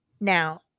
now